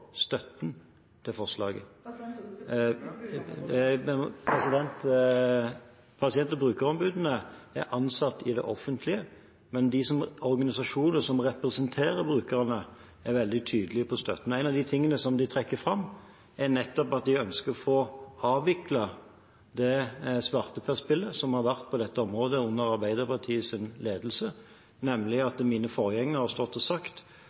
støtten til forslaget. Pasient- og brukerombudene er ansatt i det offentlige, men de organisasjonene som representerer brukerne, er veldig tydelige på støtten. En av de tingene som de trekker fram, er nettopp at de ønsker å få avviklet det svarteperspillet som har vært på dette området under Arbeiderpartiets ledelse, nemlig at mine forgjengere har stått og sagt